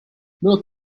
bylo